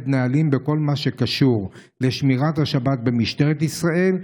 נהלים בכל מה שקשור לשמירת השבת במשטרת ישראל,